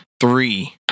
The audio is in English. Three